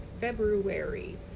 February